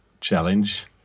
challenge